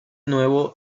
nuevo